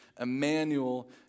Emmanuel